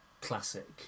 classic